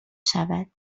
شود